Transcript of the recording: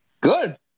Good